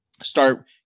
Start